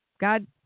God